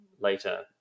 later